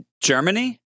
Germany